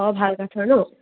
অঁ ভাল কাঠৰ নহ্